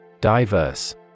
Diverse